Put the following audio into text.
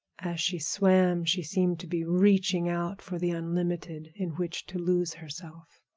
as she swam she seemed to be reaching out for the unlimited in which to lose herself.